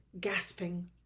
gasping